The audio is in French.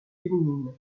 féminines